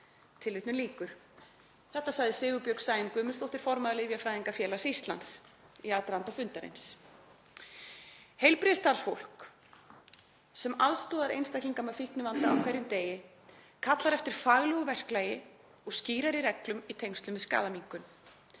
miklu meira.“ Þetta sagði Sigurbjörg Sæunn Guðmundsdóttir, formaður Lyfjafræðingafélags Íslands, í aðdraganda fundarins. Heilbrigðisstarfsfólk sem aðstoðar einstaklinga með fíknivanda á hverjum degi kallar eftir faglegu verklagi og skýrari reglum í tengslum við skaðaminnkun.